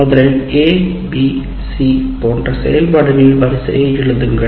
முதலில் a b c போன்ற செயல்பாடுகளின் வரிசையை எழுதுங்கள்